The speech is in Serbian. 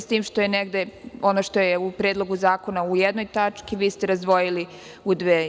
S tim što ste, ono što je u Predlogu zakona u jednoj tački, vi razdvojili u dve.